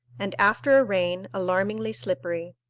and, after a rain, alarmingly slippery.